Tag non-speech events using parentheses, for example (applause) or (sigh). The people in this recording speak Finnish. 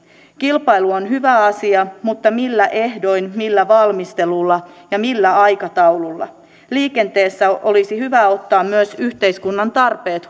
kilpailu on hyvä asia mutta millä ehdoin millä valmistelulla ja millä aikataululla liikenteessä olisi hyvä ottaa myös yhteiskunnan tarpeet (unintelligible)